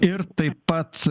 ir taip pat